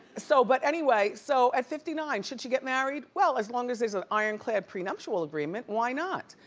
so but anyway, so at fifty nine, should she get married? well, as long as there's an iron-clad prenuptial agreement, why not?